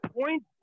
point